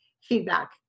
feedback